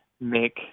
make